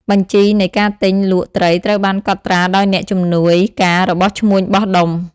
បញ្ជីនៃការទិញលក់ត្រីត្រូវបានកត់ត្រាដោយអ្នកជំនួយការរបស់ឈ្មួញបោះដុំ។